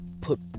put